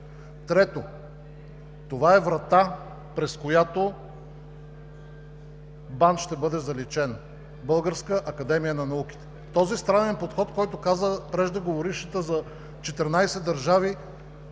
Трето, това е врата, през която БАН ще бъде заличена – Българска академия на науките! Този странен подход, за който каза преждеговорившата, за